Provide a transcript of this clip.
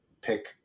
pick